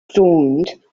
joined